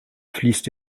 fließt